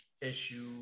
issue